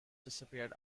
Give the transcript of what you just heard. disappeared